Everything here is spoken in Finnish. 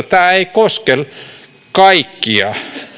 tämä aktiiviehdon täyttäminen ei koske kaikkia